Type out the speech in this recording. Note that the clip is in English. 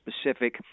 specific